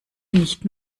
nicht